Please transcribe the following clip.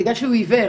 בגלל שהוא עיוור,